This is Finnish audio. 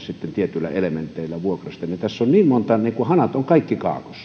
tietyillä elementeillä vuokrasta tässä on niin monta elementtiä hanat ovat kaikki kaikki kaakossa